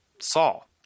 Saul